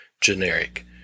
generic